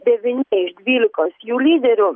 devyni iš dvylikos jų lyderių